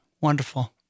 Wonderful